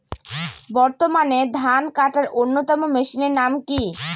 বর্তমানে ধান কাটার অন্যতম মেশিনের নাম কি?